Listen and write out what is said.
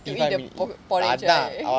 to eat the porridge right